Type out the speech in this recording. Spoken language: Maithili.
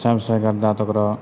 सबसँ गन्दा तऽ ओकरो